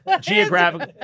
geographically